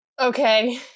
Okay